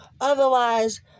otherwise